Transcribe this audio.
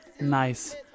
Nice